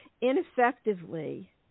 ineffectively